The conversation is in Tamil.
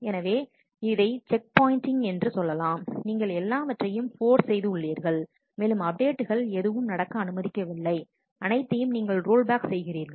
எனவே இதை செக் பாயின்ட்டிங் என்று சொல்லலாம் நீங்கள் எல்லாவற்றையும் போர்ஸ் செய்து உள்ளீர்கள் மேலும் அப்டேட்டுகள் எதுவும் நடக்க அனுமதிக்கவில்லை அனைத்தையும் நீங்கள் ரோல்பேக் செய்கிறீர்கள்